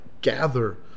gather